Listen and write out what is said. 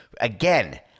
again